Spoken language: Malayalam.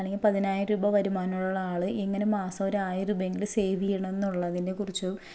അല്ലെങ്കിൽ പതിനായിരം രൂപ വരുമാനമുള്ള ആൾ എങ്ങനെ മാസം ഒരായിരം രൂപേങ്കിലും സേവ് ചെയ്യണന്നൊള്ളതിനെക്കുറിച്ച്